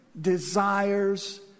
desires